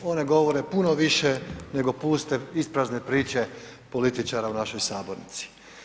One govore puno više nego pute isprazne priče političara u našoj sabornici.